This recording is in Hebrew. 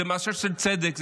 זה מעשה של צדק,